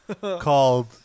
called